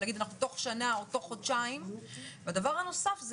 ולהגיד שתוך שנה או תוך חודשיים מגיעים לזה דבר נוסף,